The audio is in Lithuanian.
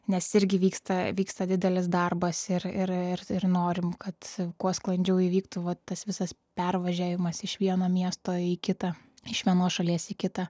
nes irgi vyksta vyksta didelis darbas ir ir ir ir norim kad kuo sklandžiau įvyktų va tas visas pervažiavimas iš vieno miesto į kitą iš vienos šalies į kitą